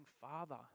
father